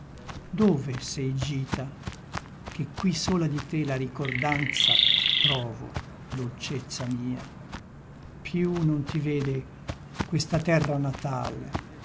dove sei gita che qui sola di te la ricordanza trovo dolcezza mia più non ti vede questa terra natal